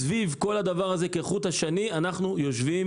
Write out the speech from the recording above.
סביב כל הדבר הזה כחוט השני אנחנו יושבים